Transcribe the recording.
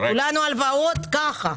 כולנו עם הלוואות כאלה.